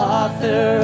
author